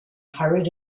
hurried